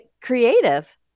creative